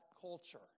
culture